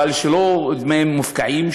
אבל שלא יהיו מופקעים,